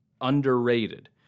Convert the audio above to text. underrated